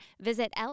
visit